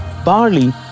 barley